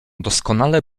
doskonale